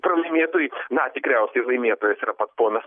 pralaimėtojų na tikriausiai laimėtojas ir ponas